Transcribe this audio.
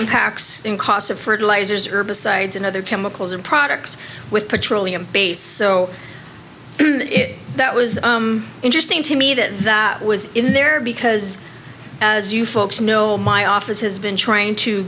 impacts in cost of fertilizers herbicides and other chemicals and products with petroleum based so that was interesting to me that that was in there because as you folks know my office has been trying to